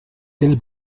del